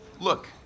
Look